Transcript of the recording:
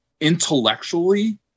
intellectually